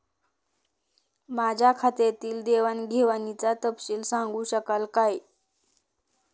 माझ्या खात्यातील देवाणघेवाणीचा तपशील सांगू शकाल काय?